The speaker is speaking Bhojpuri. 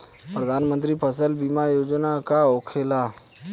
प्रधानमंत्री फसल बीमा योजना का होखेला?